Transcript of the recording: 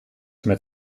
met